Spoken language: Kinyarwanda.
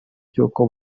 cy’uko